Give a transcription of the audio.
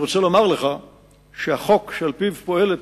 אני רוצה לומר לך שהחוק שעל-פיו פועלת